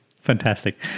fantastic